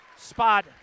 spot